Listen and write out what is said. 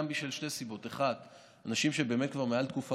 משתי סיבות: אנשים שבאמת כבר מעל תקופה